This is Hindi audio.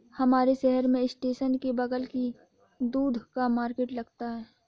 हमारे शहर में स्टेशन के बगल ही दूध का मार्केट लगता है